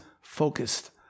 focused